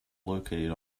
located